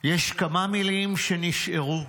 יש כמה מילים שנשארו: